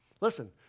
Listen